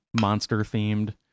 monster-themed